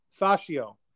fascio